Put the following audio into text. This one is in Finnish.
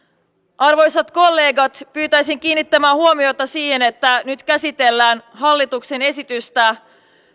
arvoisat kollegat pyytäisin kiinnittämään huomiota siihen että nyt käsitellään hallituksen esitystä